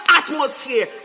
atmosphere